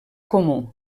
comú